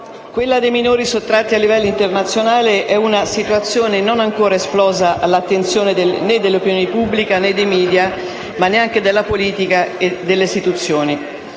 quella dei minori sottratti a livello internazionale è una situazione non ancora esplosa all'attenzione né dell'opinione pubblica né dei *media*, ma neanche della politica e delle istituzioni.